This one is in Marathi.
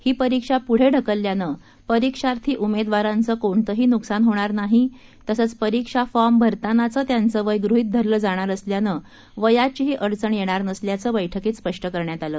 ही परीक्षा पुढं ढकलल्यानं परीक्षार्थी उमेदवारांचं कोणतंही नुकसान होणार नाही तसंच परीक्षा फॉर्म भरतांनाचं त्यांचं वय गृहित धरलं जाणार असल्यानं वयाचीही अडचण येणार नसल्याचं बैठकीत स्पष्ट करण्यात आलं